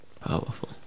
Powerful